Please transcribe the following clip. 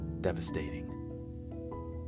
devastating